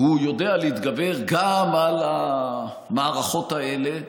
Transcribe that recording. הוא יודע להתגבר גם על המערכות האלה,